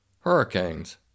hurricanes